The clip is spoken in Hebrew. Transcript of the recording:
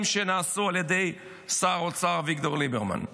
שנעשו על ידי שר אוצר אביגדור ליברמן.